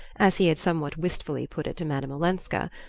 as he had somewhat wistfully put it to madame olenska.